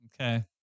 Okay